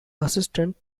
assistant